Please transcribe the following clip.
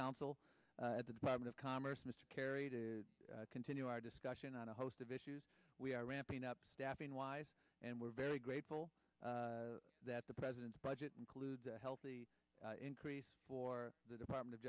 counsel at the department of commerce mr kerry to continue our discussion on a host of issues we are ramping up staffing wise and we're very grateful that the president's budget includes a healthy increase for the department of